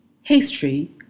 history